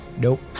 Nope